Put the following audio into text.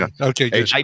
Okay